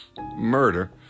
murder